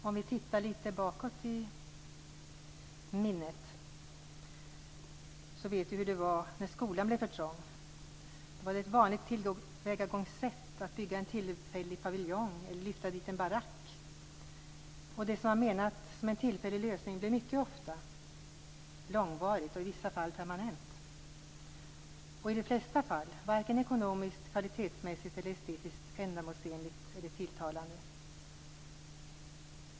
Om vi tittar litet bakåt i tiden vet vi hur det var när skolan blev för trång. Då var det ett vanligt tillvägagångssätt att bygga en tillfällig paviljong eller lyfta dit en barack. Det som varit menat som en tillfällig lösning blev mycket ofta långvarigt och i vissa fall permanent, och i de flesta fall varken ekonomiskt, kvalitetsmässigt eller estetiskt ändamålsenligt eller tilltalande.